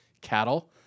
cattle